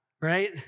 Right